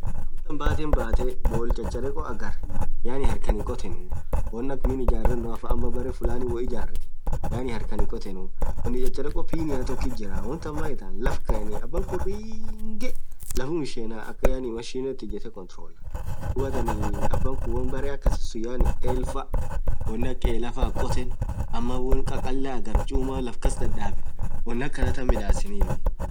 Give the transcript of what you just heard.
Amtan bathe batheee boll chacharekho haghar. yaani harkhan hinn khothenuu won akha miin ijarenoaf ama berre fulani woo ijarethen yaani harkhan hinn khothenuu wonn chacharekho pinia tokkit jirah wontan maan itan laff. kaeni abakhun ringee lafum isheenaa yaani machineth ijethee controller dhuathin abakhun woon berre akasisun yaani ell faa won akha Ella faan khothen ama wonn khakhalah haghar chumaa laff kas dhadhben won akhanathan midhaseni